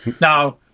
Now